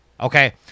Okay